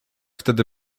wtedy